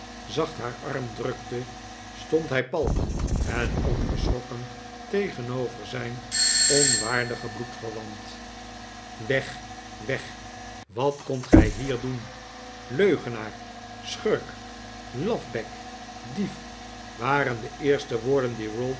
zacht haar arm drukte stond hij pal en onverschrokken tegenover zijn onwaardigen bloedverwant weg weg wat komt gij hier doen leugenaar schurk lafbek dief waren de eerste woorden die ralph